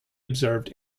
observed